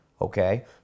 okay